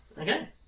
Okay